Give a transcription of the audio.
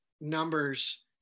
numbers